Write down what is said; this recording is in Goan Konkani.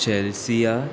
चॅलसिया